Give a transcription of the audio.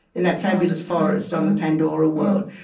in that fabulous forest on the pandora world.